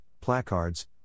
Placards